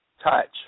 touch